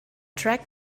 track